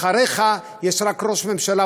אחריך יש רק ראש ממשלה.